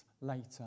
later